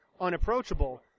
unapproachable